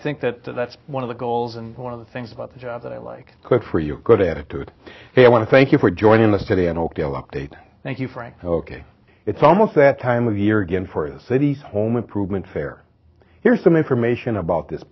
think that that's one of the goals and one of the things about the job that i like cook for you good in a tooth i want to thank you for joining us today in oakdale update thank you frank ok it's almost that time of year again for the city's home improvement fair here's some information about this